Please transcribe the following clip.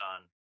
on